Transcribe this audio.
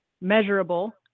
Measurable